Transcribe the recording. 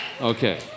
Okay